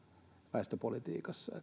väestöpolitiikassa